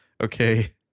Okay